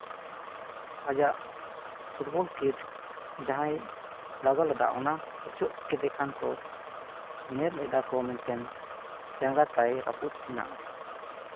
ᱟᱡᱟᱜ football kit ᱡᱟᱦᱟᱸᱭ ᱞᱟᱜᱟᱣ ᱞᱮᱫᱟ ᱚᱱᱟ ᱚᱪᱚᱜ ᱠᱮᱫᱮ ᱠᱷᱟᱱ ᱠᱚ ᱧᱮᱞ ᱮᱫᱟ ᱠᱚ ᱢᱮᱱᱛᱮ ᱡᱟᱸᱜᱟ ᱛᱟᱭ ᱨᱟᱹᱯᱩᱫ ᱮᱱᱟ